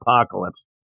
apocalypse